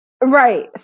Right